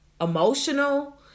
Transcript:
emotional